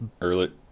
early